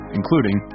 including